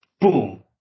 boom